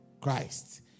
Christ